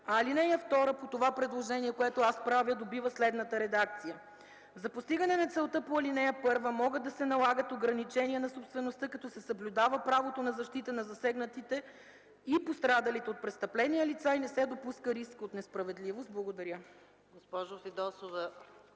Алинея 2 по предложението, което аз правя, придобива следната редакция: „За постигане на целта по ал. 1, могат да се налагат ограничения на собствеността, като се съблюдава правото на защита на засегнатите и пострадалите от престъпления лица и не се допуска риск от несправедливост”. Благодаря.